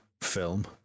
film